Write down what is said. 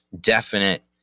definite